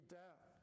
death